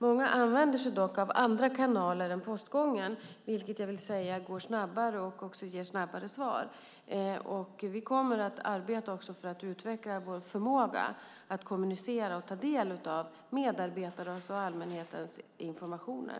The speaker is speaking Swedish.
Många använder sig dock av andra kanaler än postgången, vilket går snabbare och också ger snabbare svar. Vi kommer att arbeta för att utveckla vår förmåga att kommunicera och ta del av medarbetarnas och allmänhetens informationer.